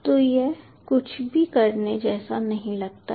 तो यह कुछ भी करने जैसा नहीं लगता है